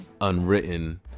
unwritten